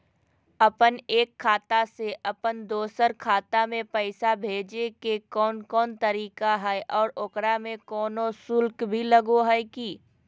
अपन एक खाता से अपन दोसर खाता में पैसा भेजे के कौन कौन तरीका है और ओकरा में कोनो शुक्ल भी लगो है की?